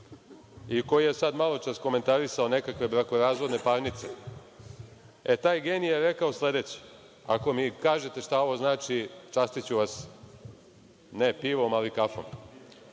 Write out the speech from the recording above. i koji je sad maločas komentarisao nekakve brakorazvodne parnice, e taj genije je rekao sledeće. Ako mi kažete šta ovo znači, častiću vas ne pivom ali kafom. Kaže,